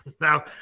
now